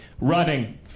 Running